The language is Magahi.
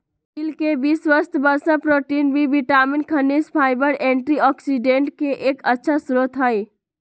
तिल के बीज स्वस्थ वसा, प्रोटीन, बी विटामिन, खनिज, फाइबर, एंटीऑक्सिडेंट के एक अच्छा स्रोत हई